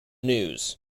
news